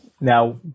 Now